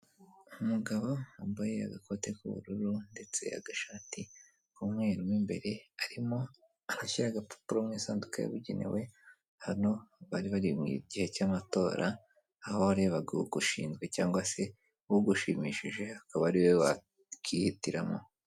Umugabo wambaye agakote k'ubururu, ndetse agashati k'umweru mo imbere karimo aho bashyira agapapuro mu isanduku yabugenewe, hano bari bari mu gihe cy'amatora, aho warebaga ugushinzwe cyangwa se ugushimishije akaba ariwe wakihitiramo.